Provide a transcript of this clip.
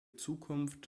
zukunft